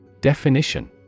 Definition